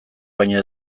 baino